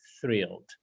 thrilled